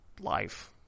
life